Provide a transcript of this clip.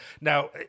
now